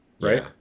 right